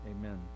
Amen